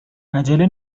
عجله